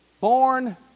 born